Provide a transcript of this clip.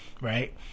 right